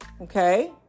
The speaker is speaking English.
okay